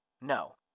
No